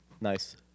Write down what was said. Nice